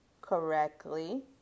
correctly